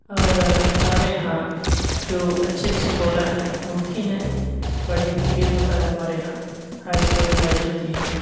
और हमारे यहाँ जो अच्छे अच्छे बॉलर है वो भी हैं बढ़िया क्रिकेट होता है हमारे यहाँ हाई स्कोरिंग मैच होती है